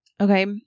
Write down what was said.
Okay